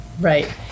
right